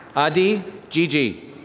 adi gigi.